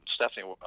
Stephanie